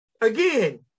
again